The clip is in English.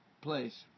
place